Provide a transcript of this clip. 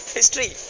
History